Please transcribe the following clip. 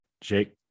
Jake